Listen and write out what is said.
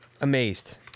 amazed